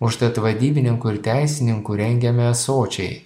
užtat vadybininkų ir teisininkų rengiame sočiai